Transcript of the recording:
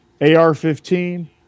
ar-15